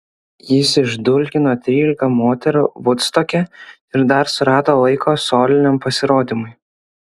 jis išdulkino trylika moterų vudstoke ir dar surado laiko soliniam pasirodymui